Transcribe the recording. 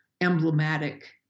emblematic